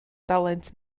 dalent